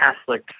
Catholic